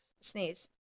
sneeze